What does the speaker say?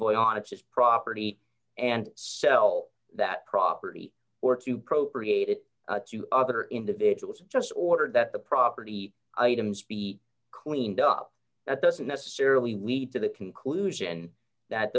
his property and sell that property or to pro create it to other individuals just ordered that the property items be cleaned up that doesn't necessarily lead to the conclusion that